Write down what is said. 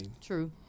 true